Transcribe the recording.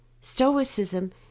Stoicism